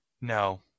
No